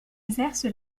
exerce